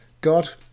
God